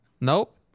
Nope